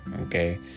Okay